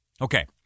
Okay